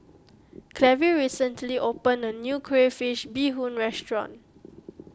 Clevie recently opened a new Crayfish BeeHoon restaurant